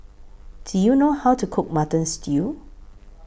Do YOU know How to Cook Mutton Stew